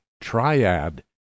triad